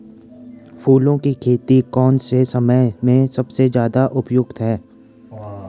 फूलों की खेती कौन से समय में सबसे ज़्यादा उपयुक्त है?